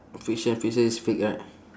fiction fiction is fake right